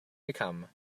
become